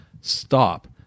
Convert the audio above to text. stop